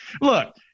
Look